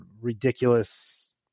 ridiculous